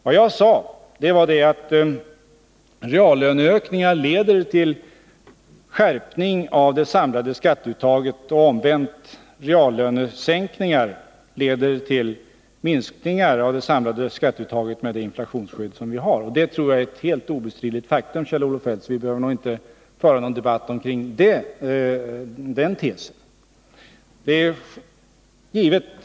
Vad jag sade var att reallöneökningar leder till en skärpning av det samlade skatteuttaget och, omvänt, att reallönesänkningar leder till en minskning av det samlade skatteuttaget med det inflationsskydd som vi har. Det tror jag är ett helt obestridligt faktum, Kjell-Olof Feldt. Vi behöver nog inte föra någon debatt om den tesen.